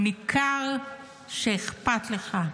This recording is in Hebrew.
ניכר שאכפת לך.